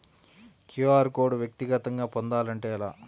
QR code వ్యక్తిగతంగా పొందాలంటే ఎలా?